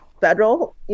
federal